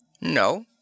No